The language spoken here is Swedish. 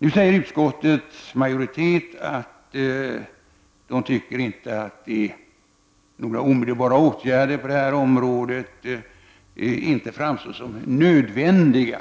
Utskottsmajoriteten anser att några omedelbara åtgärder på detta område inte framstår som nödvändiga.